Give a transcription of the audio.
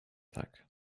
tak